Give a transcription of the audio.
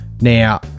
now